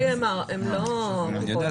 והם ניתנו